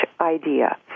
idea